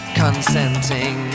consenting